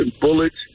bullets